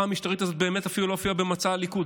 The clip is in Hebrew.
המשטרית הזאת באמת לא הופיעה במצע הליכוד,